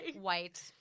white